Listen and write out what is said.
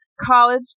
college